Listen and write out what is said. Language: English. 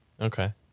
Okay